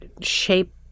shape